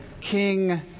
king